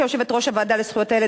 כיושבת-ראש הוועדה לזכויות הילד,